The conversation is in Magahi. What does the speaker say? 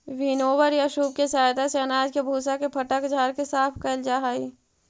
विनोवर या सूप के सहायता से अनाज के भूसा के फटक झाड़ के साफ कैल जा हई